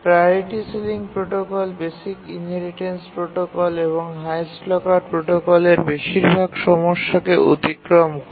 priority ceiling protocol basic inheritance protocol এবং highest locker প্রোটোকলের বেশিরভাগ সমস্যাকে অতিক্রম করে